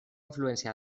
influència